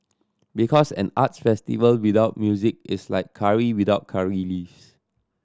because an arts festival without music is like curry without curry leaves